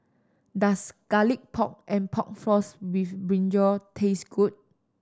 does Garlic Pork and Pork Floss with brinjal taste good